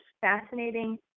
fascinating